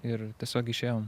ir tiesiog išėjom